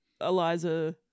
Eliza